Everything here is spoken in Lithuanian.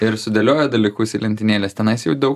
ir sudėlioja dalykus į lentynėles tenais jau daug